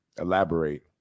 Elaborate